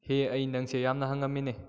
ꯍꯦ ꯑꯩ ꯅꯪꯁꯦ ꯌꯥꯝꯅ ꯍꯪꯉꯝꯃꯤꯅꯦ